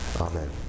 Amen